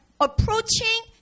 approaching